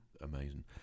amazing